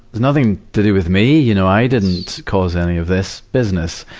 it's nothing to do with me. you know i didn't cause any of this business.